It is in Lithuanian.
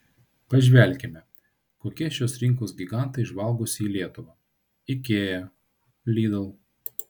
pažvelkime kokie šios rinkos gigantai žvalgosi į lietuvą ikea lidl